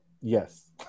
Yes